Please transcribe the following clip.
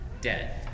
dead